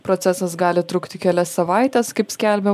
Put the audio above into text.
procesas gali trukti kelias savaites kaip skelbia